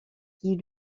qui